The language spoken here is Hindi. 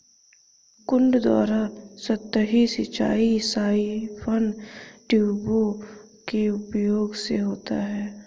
कुंड द्वारा सतही सिंचाई साइफन ट्यूबों के उपयोग से होता है